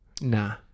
Nah